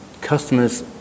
Customers